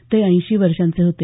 ते ऐंशी वर्षांचे होते